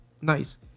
nice